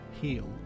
heal